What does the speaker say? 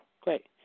Great